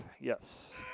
Yes